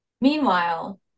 meanwhile